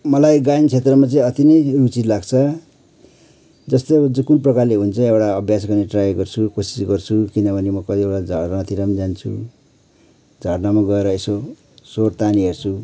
मलाई गायन छेत्रमा चाहिँ अतिनै रुचि लाग्छ जस्तो अब कुन प्रकारले हुन्छ एउटा अभ्यास गर्ने ट्राई गरेको छु कोसिस गर्छु किन भने म कतिवटा झरनातिर पनि जान्छु झरनामा गएर यसो स्वर तानी हेर्छु